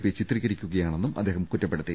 P ചിത്രീകരിക്കുകയാണെന്നും അദ്ദേഹം കുറ്റപ്പെടുത്തി